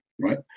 right